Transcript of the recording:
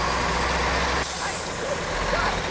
good stuff, you guys. good stuff!